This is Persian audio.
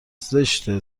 زشته